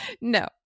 no